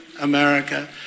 America